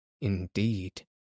indeed